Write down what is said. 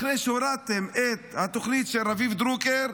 אחרי שהורדתם את התוכנית של רביב דרוקר,